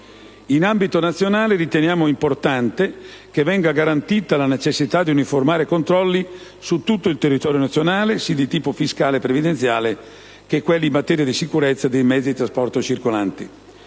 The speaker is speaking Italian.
In ambito nazionale riteniamo poi importante che venga garantita la necessità di uniformare i controlli su tutto il territorio nazionale, sia quelli di tipo fiscale e previdenziale che quelli in materia di sicurezza dei mezzi di trasporto circolanti.